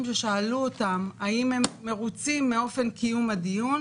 ששאלו אותם האם הם מרוצים מאופן קיום הדיון,